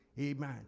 Amen